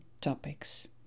topics